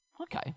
Okay